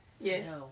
Yes